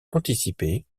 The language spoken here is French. anticipé